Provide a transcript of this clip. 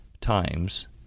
times